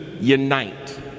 unite